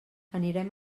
anirem